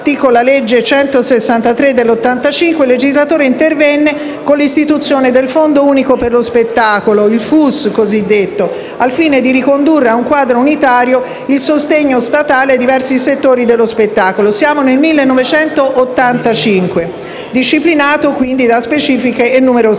con la legge n. 163 del 1985 il legislatore intervenne con l'istituzione del Fondo unico per lo spettacolo, il cosiddetto FUS, al fine di ricondurre a un quadro unitario il sostegno statale a diversi settori dello spettacolo, disciplinato da specifiche e numerose